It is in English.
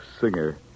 Singer